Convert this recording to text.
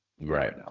Right